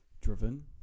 driven